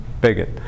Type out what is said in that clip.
bigot